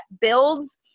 builds